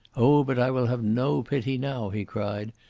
oh, but i will have no pity now, he cried,